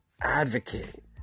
advocate